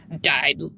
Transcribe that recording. died